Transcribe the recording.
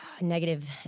negative